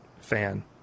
fan